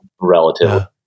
relative